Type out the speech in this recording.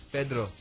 Pedro